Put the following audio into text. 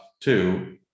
two